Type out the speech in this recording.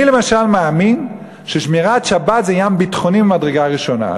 אני למשל מאמין ששמירת שבת זה עניין ביטחוני ממדרגה ראשונה.